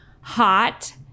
hot